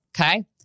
okay